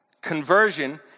Conversion